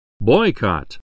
Boycott